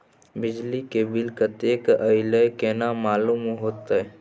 बिजली के बिल कतेक अयले केना मालूम होते?